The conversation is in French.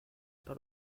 par